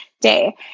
Day